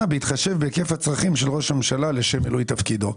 בהתחשב בהיקף הצרכים של ראש הממשלה לשם מילוי תפקידו.